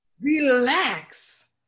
Relax